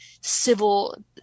civil